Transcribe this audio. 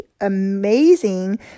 amazing